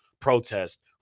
protest